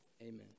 Amen